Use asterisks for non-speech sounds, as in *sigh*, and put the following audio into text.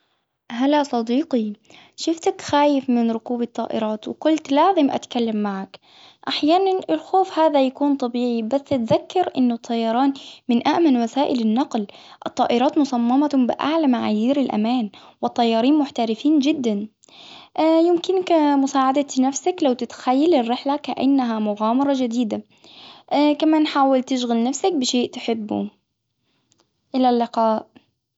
هلا صديقي، شفتك خايف من ركوب الطائرات وقلت لازم أتكلم معك، أحيانا الخوف هذا يكون طبيعي بس أتذكر أنه الطيران من أأمن وسائل النقل، الطائرات مصممة بأعلى معايير الأمان وطيارين محترفين جدا، *hesitation* يمكنك مساعدة نفسك تخيلي الرحلة كأنها مغامرة جديدة، *hesitation* كمان حاول تشغل نفسك بشيء تحبه، الى اللقاء.